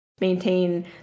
maintain